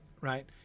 right